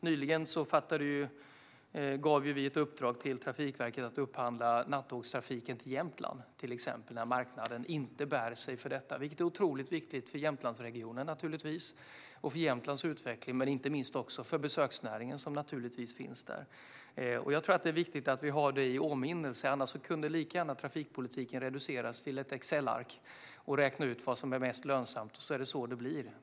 Nyligen gav vi till exempel ett uppdrag till Trafikverket att upphandla nattågstrafiken till Jämtland, eftersom marknaden inte bär sig för detta, vilket naturligtvis är otroligt viktigt för Jämtlandsregionen, för Jämtlands utveckling och inte minst för besöksnäringen. Jag tror att det är viktigt att vi har detta i åminnelse, annars kunde trafikpolitiken lika gärna reduceras till ett Excelark med en uträkning av vad som är mest lönsamt, och så är det så det blir.